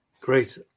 Great